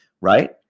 right